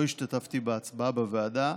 לא השתתפתי בהצבעה בוועדה.